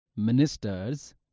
Ministers